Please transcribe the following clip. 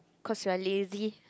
cause you are lazy